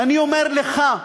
ואני אומר לך,